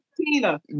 Tina